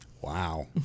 Wow